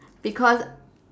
because